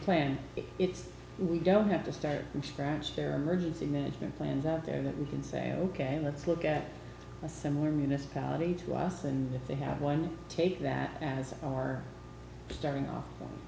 plan we don't have to start from scratch their emergency management plan there that we can say ok let's look at a similar municipality to us and if they have one take that as our starting off